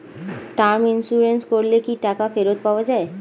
Term insurance করলে কি টাকা ফেরত পাওয়া যায়?